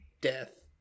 death